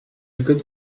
good